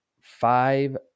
five